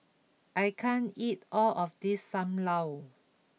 I can't eat all of this Sam Lau